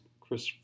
Chris